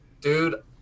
Dude